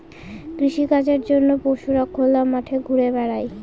কৃষিকাজের জন্য পশুরা খোলা মাঠে ঘুরা বেড়ায়